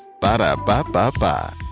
Ba-da-ba-ba-ba